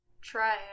try